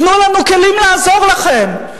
תנו לנו כלים לעזור לכם,